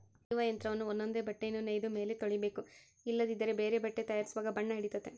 ನೇಯುವ ಯಂತ್ರವನ್ನ ಒಂದೊಂದೇ ಬಟ್ಟೆಯನ್ನು ನೇಯ್ದ ಮೇಲೆ ತೊಳಿಬೇಕು ಇಲ್ಲದಿದ್ದರೆ ಬೇರೆ ಬಟ್ಟೆ ತಯಾರಿಸುವಾಗ ಬಣ್ಣ ಹಿಡಿತತೆ